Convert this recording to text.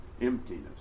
emptiness